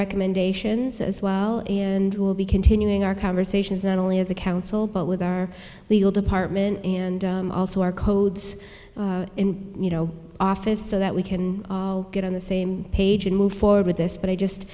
recommendations as well and we'll be continuing our conversations that only as a council but with our legal department and also our codes you know office so that we can get on the same page and move forward with this but i just